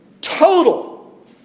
total